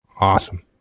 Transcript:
Awesome